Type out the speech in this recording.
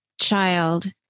child